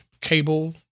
cable